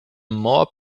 more